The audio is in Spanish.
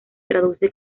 traduce